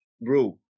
bro